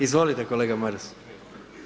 Izvolite kolega Maras.